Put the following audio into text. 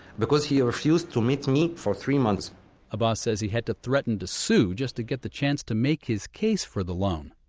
because he refused to meet me for three months abass says he had to threaten to sue just to get the chance to make his case for the loan.